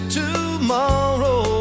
tomorrow